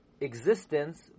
existence